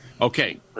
Okay